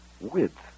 width